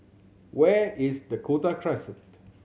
where is Dakota Crescent